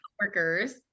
coworkers